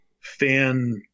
Fan